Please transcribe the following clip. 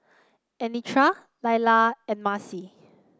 Anitra Laila and Maci